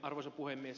arvoisa puhemies